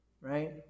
right